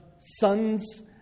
sons